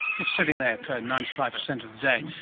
just sitting there for ninety five percent of the day.